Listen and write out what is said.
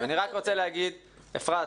אפרת,